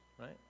right